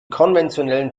konventionellen